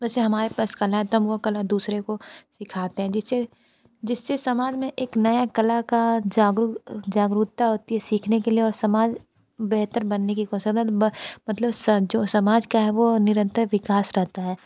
वैसे हमारे पास कला है तब वह कला दूसरे को दिखाते हैं कि चल जिससे समाज में एक नया कला का जागरूकता होती है सीखने के लिए और समाज बेहतर बनने की कोस मतलब स जो समाज का है वो निरंतर विकास रहता है